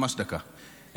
ממש דקה,